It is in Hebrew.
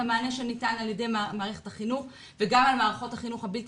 המענה שניתן על ידי מערכת החינוך וגם על מערכות החינוך הבלתי